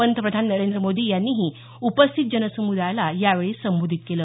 पंतप्रधान नरेंद मोदी यांनीही उपस्थित जनसुमदायाला यावेळी संबोधित केलं